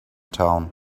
town